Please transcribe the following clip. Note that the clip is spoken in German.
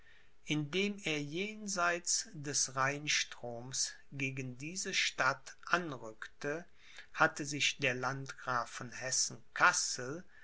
indem er jenseit des rheinstroms gegen diese stadt anrückte hatte sich der landgraf von hessen kassel